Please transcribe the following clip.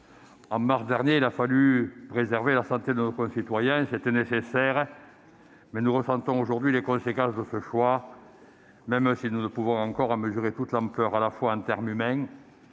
En mars dernier, il a fallu préserver la santé de nos concitoyens. C'était nécessaire, mais nous ressentons aujourd'hui les conséquences de ce choix, même si nous ne pouvons encore en mesurer toute l'ampleur, d'un point de vue non